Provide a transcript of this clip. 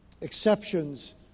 exceptions